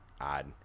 odd